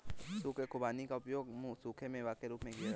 सूखे खुबानी का उपयोग सूखे मेवों के रूप में किया जाता है